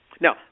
Now